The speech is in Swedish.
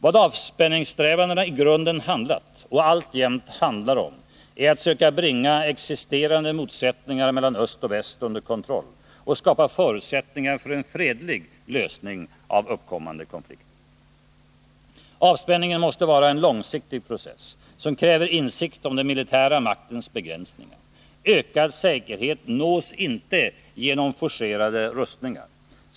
Vad avspänningssträvandena i grunden handlat och alltjämt handlar om är att söka bringa existerande motsättningar mellan öst och väst under kontroll och skapa förutsättningar för en fredlig lösning av uppkommande konflikter. Avspänningen måste vara en långsiktig process, som kräver insikt om den militära maktens begränsningar. Ökad säkerhet nås inte genom forcerade rustningar.